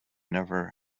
never